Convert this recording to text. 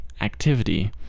activity